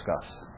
discuss